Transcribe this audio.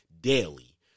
daily